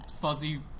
fuzzy